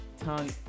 tongue